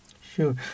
Sure